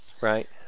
Right